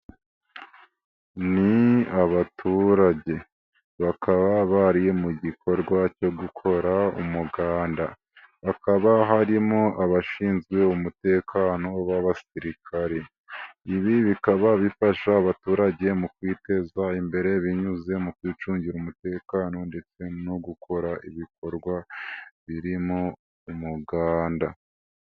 Ni abaturage bakaba bari mu gikorwa cyo gukora umuganda, hakaba harimo abashinzwe umutekano b'abasirikari, ibi bikaba bifasha abaturage mu kwiteza imbere binyuze mu kwicungira umutekano ndetse no gukora ibikorwa birimo umuganda.